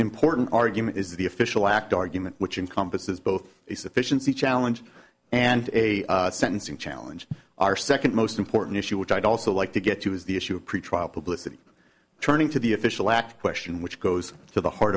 important argument is the official act argument which encompasses both the sufficiency challenge and a sentencing challenge our second most important issue which i'd also like to get to is the issue of pretrial publicity turning to the official act question which goes to the heart